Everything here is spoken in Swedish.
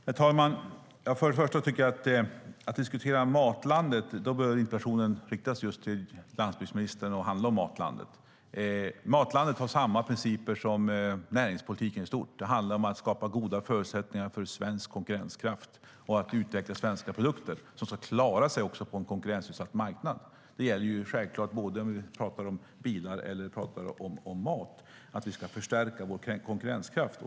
Herr talman! Först och främst tycker jag att interpellationen bör riktas till landsbygdsministern och handla om Matlandet Sverige om det är det man vill diskutera. Matlandet har samma principer som näringspolitiken i stort; det handlar om att skapa goda förutsättningar för svensk konkurrenskraft och att utveckla svenska produkter som ska klara sig på en konkurrensutsatt marknad. Det gäller självfallet både om vi talar om bilar och om vi talar om mat - vi ska förstärka vår konkurrenskraft.